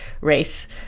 race